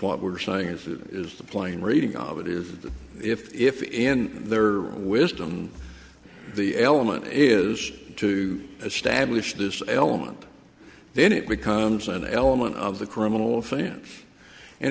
what we're saying if it is the plane reading of it is if in their wisdom the element is to establish this element then it becomes an element of the criminal offense and